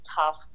tough